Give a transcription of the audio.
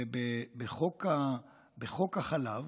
ובחוק החלב